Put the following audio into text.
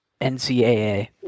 NCAA